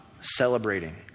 celebrating